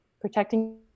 protecting